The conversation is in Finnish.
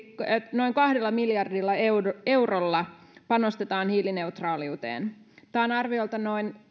noin kahdella miljardilla eurolla eurolla panostetaan hiilineutraaliuteen tämä on arviolta noin